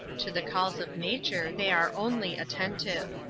to the calls of nature they are only attentive.